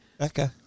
Okay